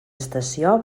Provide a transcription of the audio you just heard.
estació